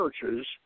churches